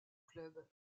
club